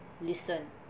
listen